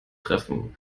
treffen